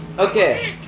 Okay